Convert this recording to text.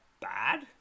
bad